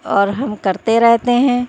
اور ہم کرتے رہتے ہیں